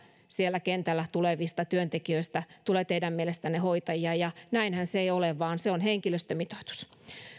siellä kentällä olevista työntekijöistä tulee teidän mielestänne hoitajia ja näinhän se ei ole vaan se on henkilöstömitoitus